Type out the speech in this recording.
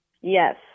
Yes